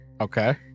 Okay